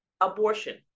Abortion